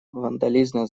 вандализма